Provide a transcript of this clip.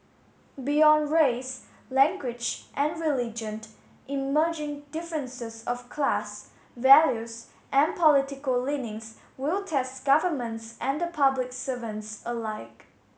beyond race language and religion emerging differences of class values and political leanings will test governments and the public servants alike